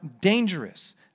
dangerous